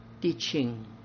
teaching